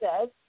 says